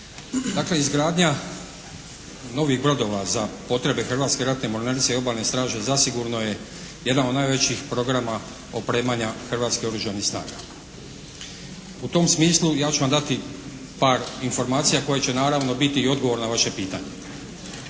Dakle, izgradnja novih brodova za potrebe Hrvatske ratne mornarice i obalne straže zasigurno je jedna od najvećih programa opremanja Hrvatskih oružanih snaga. U tom smislu ja ću vam dati par informacija koje će naravno biti i odgovor na vaše pitanje.